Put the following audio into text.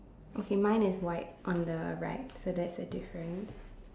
okay mine is white on the right so that's a difference